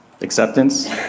Acceptance